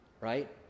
right